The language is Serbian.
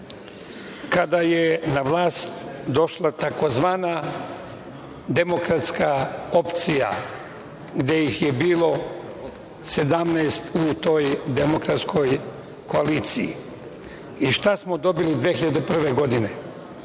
kada je na vlast došla tzv. demokratska opcija, gde ih je bilo 17 u toj demokratskoj koaliciji. Šta smo dobili 2001. godine?